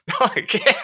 Okay